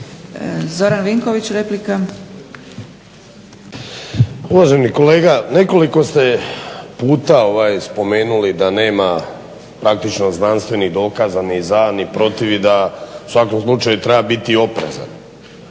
Zoran (HDSSB)** Uvaženi kolega, nekoliko ste puta spomenuli da nema praktično znanstvenih dokaza ni za ni protiv i da u svakom slučaju treba biti oprezan.